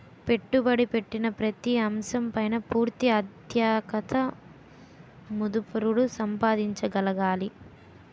పెట్టుబడి పెట్టిన ప్రతి అంశం పైన పూర్తి ఆధిక్యత మదుపుదారుడు సంపాదించగలగాలి